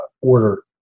order